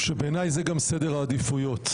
בעיניי זה גם סדר העדיפויות.